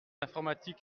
informatique